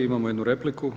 Imamo jednu repliku.